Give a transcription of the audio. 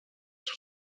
sous